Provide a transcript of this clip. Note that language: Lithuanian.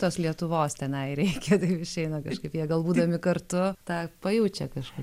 tos lietuvos tenai reikia išeina kažkaip jie gal būdami kartu tą pajaučia kažkaip